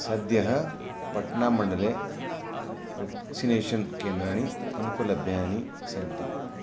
सद्यः पट्नामण्डले वेक्सिनेशन् केन्द्राणि अनुपलभ्यानि सन्ति